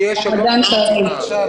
הישיבה ננעלה בשעה